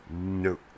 No